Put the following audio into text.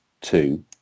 two